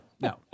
No